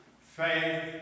Faith